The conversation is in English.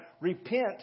repent